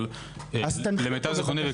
אבל למיטב זיכרוני,